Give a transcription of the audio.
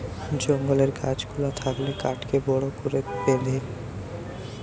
জঙ্গলের গাছ গুলা থাকলে কাঠকে বড় করে বেঁধে